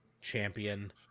champion